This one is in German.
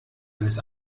alles